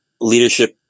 Leadership